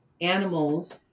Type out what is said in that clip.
animals